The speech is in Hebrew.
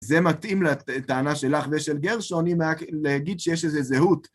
זה מתאים לטענה שלך ושל גרשוני להגיד שיש לזה זהות.